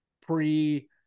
pre